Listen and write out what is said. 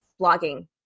blogging